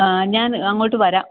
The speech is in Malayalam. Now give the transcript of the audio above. ആ ഞാൻ അങ്ങോട്ട് വരാം